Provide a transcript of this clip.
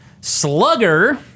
Slugger